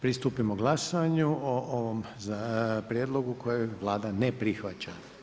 Pristupimo glasanju o ovom prijedlogu koje Vlada ne prihvaća.